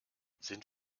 sind